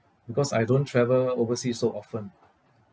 because I don't travel overseas so often mah